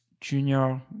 junior